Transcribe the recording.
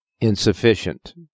Insufficient